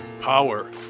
power